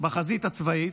בחזית הצבאית,